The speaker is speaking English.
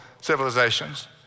civilizations